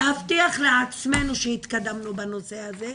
להבטיח לעצמנו שהתקדמנו בנושא הזה,